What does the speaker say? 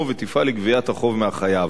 ותפעל לגביית החוב מהחייב.